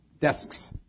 desks